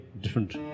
different